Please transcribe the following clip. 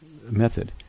method